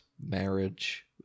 marriage